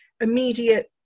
immediate